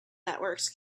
networks